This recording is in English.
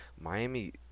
miami